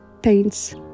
paints